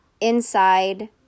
inside